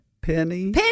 Penny